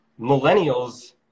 millennials